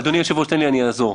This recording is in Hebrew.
אדוני היושב-ראש, תן לי, אני אעזור.